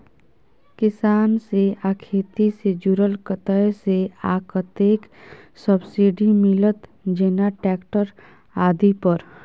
किसान से आ खेती से जुरल कतय से आ कतेक सबसिडी मिलत, जेना ट्रैक्टर आदि पर?